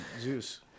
Zeus